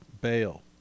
bail